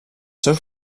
seus